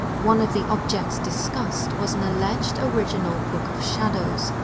one of the objects discussed was an alleged original books of shadows,